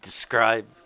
describe